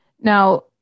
Now